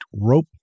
rope